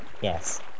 Yes